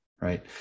right